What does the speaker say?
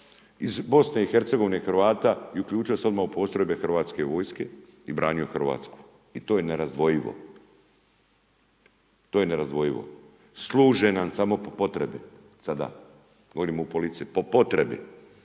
iz Bosne i Hercegovine Hrvata i uključio se odmah u postrojbe Hrvatske vojske i branio Hrvatsku i to je nerazdvojivo. To je nerazdvojivo. Služe nam samo po potrebi sada. Govorim o politici, po potrebi